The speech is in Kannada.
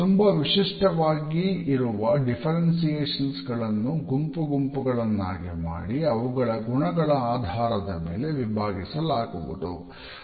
ತುಂಬಾ ವಿಶಿಷ್ಟವಾಗಿ ಇರುವ ಡಿಫ್ಫೆರೆನ್ಶಿಯೇಷನ್ಸ್ ಗಳನ್ನೂ ಗುಂಪು ಗುಂಪುಗಳನ್ನಾಗಿ ಮಾಡಿ ಅವುಗಳ ಗುಣಗಳ ಆಧಾರದ ಮೇಲೆ ವಿಭಾಗಿಸಲಾಗುವುದು